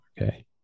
Okay